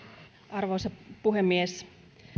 arvoisa puhemies